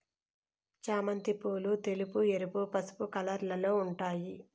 చామంతి పూలు తెలుపు, ఎరుపు, పసుపు కలర్లలో ఉంటాయి